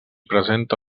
presenta